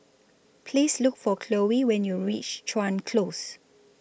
Please Look For Khloe when YOU REACH Chuan Close